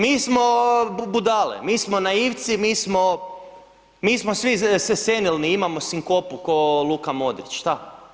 Mi smo budale, mi smo naivci, mi smo svi senilni, imamo sinkopu kao Luka Modriš, šta.